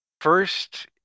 First